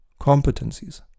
competencies